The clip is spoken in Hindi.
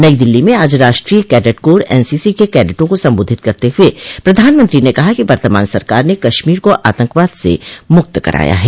नई दिल्ली में आज राष्ट्रीय कैडेट कोर एनसीसी के कैडटों को संबोधित करते हुए प्रधानमंत्री ने कहा कि वर्तमान सरकार ने कश्मीर को आतंकवाद से मुक्त कराया है